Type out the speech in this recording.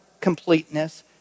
completeness